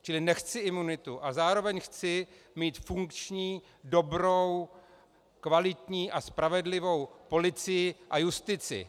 Čili nechci imunitu a zároveň chci mít funkční, dobrou, kvalitní a spravedlivou policii a justici.